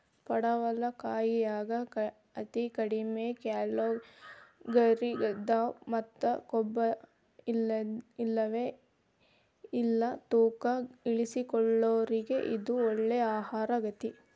ಪಡವಲಕಾಯಾಗ ಅತಿ ಕಡಿಮಿ ಕ್ಯಾಲೋರಿಗಳದಾವ ಮತ್ತ ಕೊಬ್ಬುಇಲ್ಲವೇ ಇಲ್ಲ ತೂಕ ಇಳಿಸಿಕೊಳ್ಳೋರಿಗೆ ಇದು ಒಳ್ಳೆ ಆಹಾರಗೇತಿ